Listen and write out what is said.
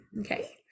okay